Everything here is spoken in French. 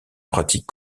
pratique